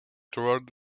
toward